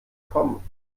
kommen